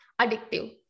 addictive